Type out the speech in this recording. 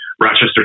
Rochester